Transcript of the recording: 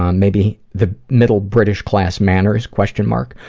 um maybe the middle british class manners, question mark,